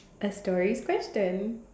a story question